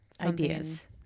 ideas